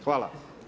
Hvala.